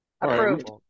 approved